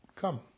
come